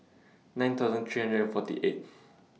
nine thousand three hundred and forty eighth